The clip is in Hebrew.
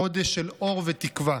חודש של אור ותקווה.